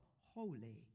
holy